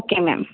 okay ma'am